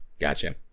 Gotcha